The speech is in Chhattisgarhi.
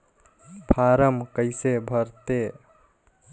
फारम कइसे भरते?